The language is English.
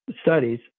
studies